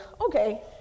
okay